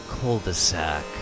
cul-de-sac